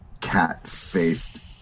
cat-faced